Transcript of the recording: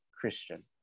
christian